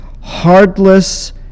heartless